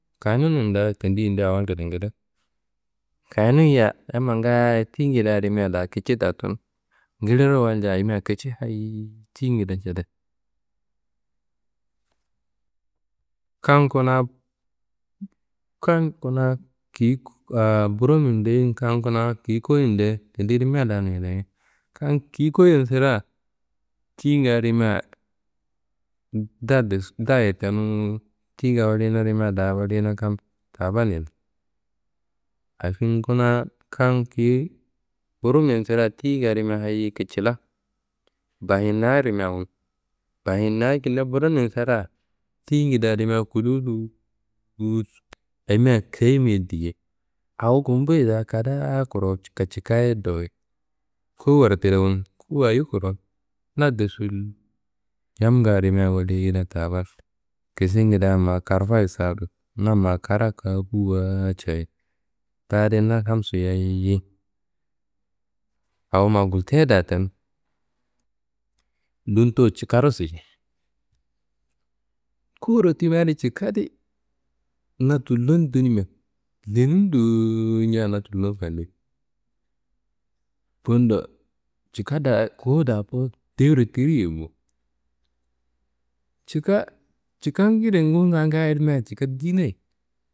Kaninun da tendi yindi awo ngedengede. Kanun yiyia yamma ngaayo tiyingedea rimia da kici da tunu. Ngiliro walja ayimia kici hayiyi tiyingede cede. Kam kuna kam kuna kiyi burummi deyi kam kuna kiyi kowuye deyi tendi rimia da ngedengede. Kam kiyi kowuye sirea tiyinga rimia da daye tenuwu tiyinga woriyina rimia da woriyina kam tabanneye. Halfing kuna kam kiyi burummi sirea tiyinga rimia hayiyi kicila. Bahinnaá rimia wun. Bahinnaá kle burummi serea tiyingedea rimia kulu luwus ayimia kayim be diye awo gumbu ye da kadaa kurowo cika cikaye dowoyei kowuwara tide wunu, kowuwa ayi kurowo? Na de sul yamnga rimia woriyina taban, kisingedea ma karfayi sadu na ma kara kafuwawa cayi tadi na hamsu yayiye awo ma gulteye da tenu. Dun towo cikaro siye, kowuro timia di cika di na tullo dunimia lenun dowonja na tullo fandimi. Bundo cika da nguwu da bo dero tiriye bo. Cika cikangede nguwunga rimia ngaaye cika diyinaye.